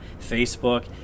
Facebook